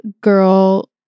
girl